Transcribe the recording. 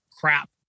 crap